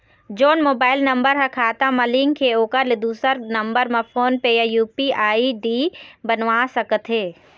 जोन mobile number हा खाता मा लिन्क हे ओकर ले दुसर नंबर मा फोन पे या यू.पी.आई आई.डी बनवाए सका थे?